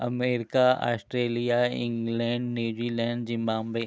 America Australia England New Zealand Zimbabwe